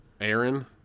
Aaron